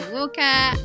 Walker